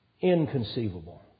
Inconceivable